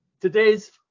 today's